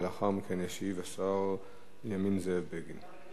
ולאחר מכן ישיב השר בנימין זאב בגין.